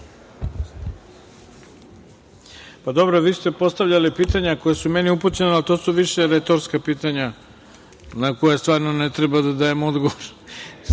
Hvala. Vi ste postavljali pitanja koja su meni upućena, a to su više retorska pitanja na koja stvarno ne treba da dajem odgovor.U